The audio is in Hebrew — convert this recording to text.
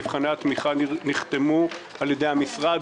מבחני התמיכה נחתמו על ידי המשרד,